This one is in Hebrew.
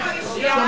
אושרה.